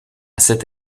cette